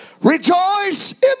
Rejoice